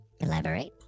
Elaborate